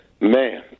man